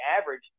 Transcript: average